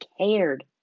cared